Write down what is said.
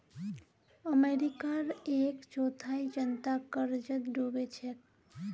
अमेरिकार एक चौथाई जनता कर्जत डूबे छेक